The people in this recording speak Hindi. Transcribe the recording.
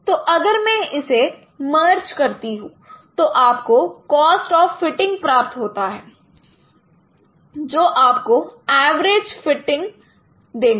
तो अगर मैं इसे मर्ज करता हूं तो आपको कॉस्ट ऑफ फिटिंग प्राप्त होता है जो आपको एवरेज फिटिंग देगा